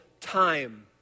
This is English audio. Time